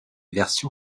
version